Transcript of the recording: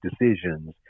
decisions